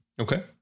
Okay